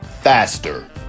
faster